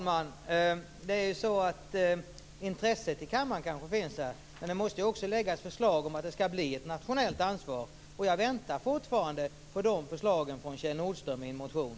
Herr talman! Intresset i kammaren kanske finns. Men det måste ju också läggas fram förslag om att detta skall bli ett nationellt ansvar. Jag väntar fortfarande på de förslagen från Kjell Nordström i en motion.